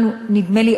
נדמה לי,